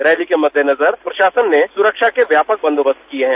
rally के मद्देनजर प्रशासन ने सुरक्षा के व्यापक बंदोबस्त किये हैं